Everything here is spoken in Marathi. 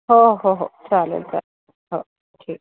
हो हो हो चालेल चल हो ठीक